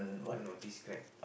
no no describe